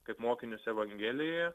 kaip mokinius evangelijoje